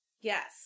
Yes